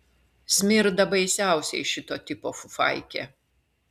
smirda baisiausiai šito tipo fufaikė